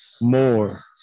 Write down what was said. more